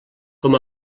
com